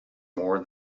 more